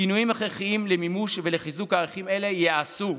שינויים הכרחיים למימוש ולחיזוק ערכים אלה ייעשו,